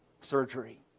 surgery